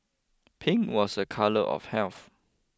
pink was a colour of health